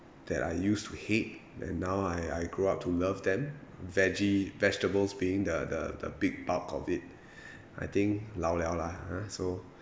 that I used to hate then now I I grow up to love then vege vegetables being the the the big bulk of it I think 老了啦 ha so